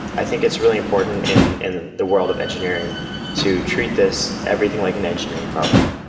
i think it's really important in in the world of engineering to treat this everything like an engineering problem.